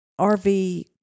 RV